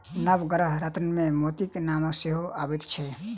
नवग्रह रत्नमे मोतीक नाम सेहो अबैत छै